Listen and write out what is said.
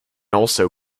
also